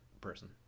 person